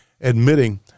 admitting